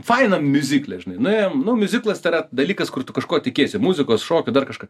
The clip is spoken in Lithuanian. faina miuzikle žinai nuėjom nu miuziklas tai yra dalykas kur tu kažko tikiesi muzikos šokių dar kažką